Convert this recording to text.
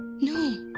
no,